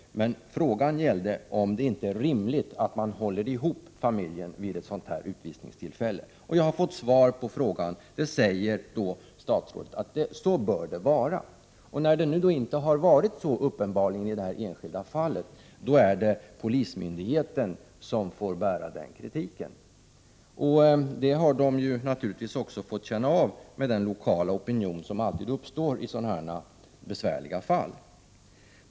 Men frågan gällde om det inte är rimligt att hålla ihop en familj vid utvisning. Jag har fått svar på min fråga. Statsrådet säger följaktligen att det bör vara så. Men när det uppenbarligen inte varit så i det här enskilda fallet, blir det polismyndigheten som får kritik. Den har naturligtvis varit kännbar, med tanke på den lokala opinion som alltid uppstår i sådana här besvärliga fall.